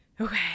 okay